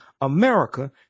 America